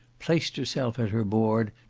placed herself at her board,